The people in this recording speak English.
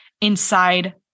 inside